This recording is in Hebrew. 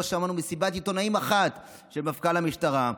לא שמענו מסיבת עיתונאים אחת של מפכ"ל המשטרה,